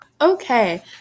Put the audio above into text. Okay